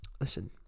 listen